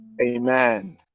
Amen